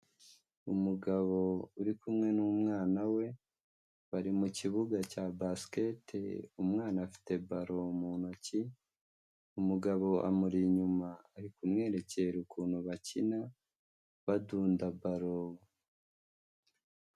Umugabo uri kumwe n'umwana we bari mu kibuga cya basikete umwana afite balo mu ntoki, umugabo amuri inyuma ari kumwerekera ukuntu bakina badunda balo.